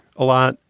a lot.